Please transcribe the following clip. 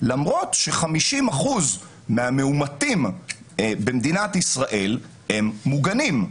למרות ש-50% מהמאומתים במדינת ישראל הם מוגנים.